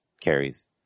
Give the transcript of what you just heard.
carries